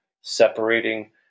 separating